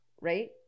Right